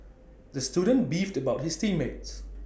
the student beefed about his team mates